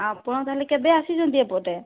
ଆପଣ ତାହେଲେ କେବେ ଆସିଛନ୍ତି ଏପଟେ